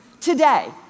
today